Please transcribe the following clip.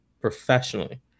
professionally